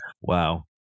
wow